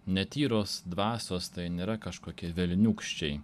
netyros dvasios tai nėra kažkokie velniūkščiai